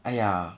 !aiya!